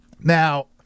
Now